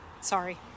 Sorry